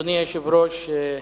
אדוני היושב-ראש,